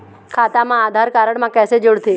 खाता मा आधार कारड मा कैसे जोड़थे?